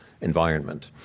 environment